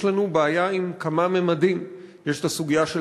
יש לנו בעיה עם כמה ממדים: יש הסוגיה של